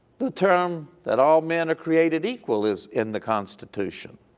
the term that all men are created equal is in the constitution.